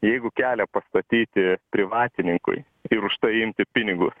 jeigu kelią pastatyti privatininkui ir už tai imti pinigus